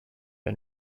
and